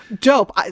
dope